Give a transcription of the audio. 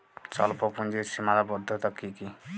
স্বল্পপুঁজির সীমাবদ্ধতা কী কী?